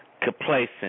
complacent